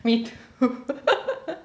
me too